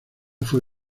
fue